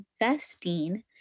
investing